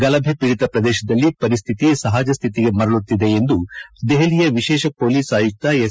ಗಲಭೆಪೀಡಿತ ಪ್ರದೇಶದಲ್ಲಿ ಪರಿಸ್ಟಿತಿ ಸಹಜ ಸ್ಟಿತಿಗೆ ಮರಳುತ್ತಿದೆ ಎಂದು ದೆಹಲಿಯ ವಿಶೇಷ ಪೊಲೀಸ್ ಆಯುಕ್ತ ಎಸ್